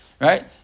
right